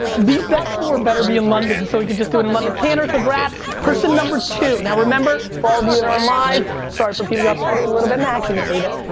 these next four better be in london so we can just do it in london. canner congrats. person number two, now remember for all of you that are live, sorry for people, we'll have to edit a little bit. nah, actually just leave it.